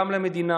גם למדינה,